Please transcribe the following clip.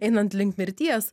einant link mirties